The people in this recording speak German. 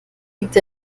liegt